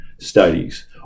studies